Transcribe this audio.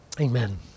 Amen